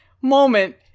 moment